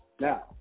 Now